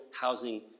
housing